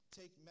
take